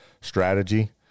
strategy